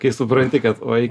kai supranti kad oi